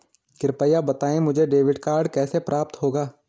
कृपया बताएँ मुझे डेबिट कार्ड कैसे प्राप्त होगा?